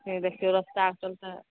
अखन देखियौ रस्ता भी के चलते